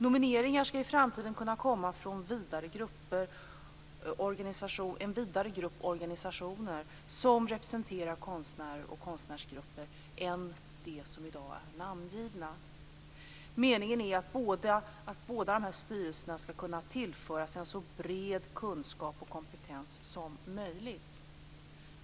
Nomineringar skall i framtiden kunna komma från en vidare grupp organisationer som representerar konstnärer och konstnärsgrupper än de som i dag är namngivna. Meningen är att båda dessa styrelser skall kunna tillföras en så bred kunskap och kompetens som möjligt.